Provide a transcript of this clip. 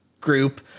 group